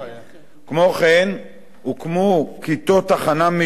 כמו כן הוקמו כיתות הכנה מיוחדות